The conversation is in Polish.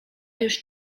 już